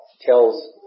tells